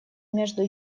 между